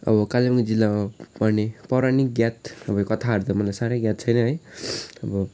अब कालिम्पोङ जिल्लामा पर्ने पौराणिक ज्ञात अब कथाहरू त मलाई साह्रै याद छैन है अब